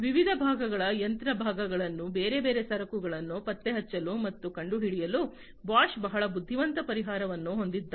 ವಿವಿಧ ಭಾಗಗಳ ಯಂತ್ರ ಭಾಗಗಳನ್ನು ಬೇರೆ ಬೇರೆ ಸರಕುಗಳನ್ನು ಪತ್ತೆಹಚ್ಚಲು ಮತ್ತು ಕಂಡುಹಿಡಿಯಲು ಬಾಷ್ ಬಹಳ ಬುದ್ಧಿವಂತ ಪರಿಹಾರವನ್ನು ಹೊಂದಿದ್ದಾರೆ